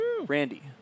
Randy